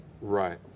Right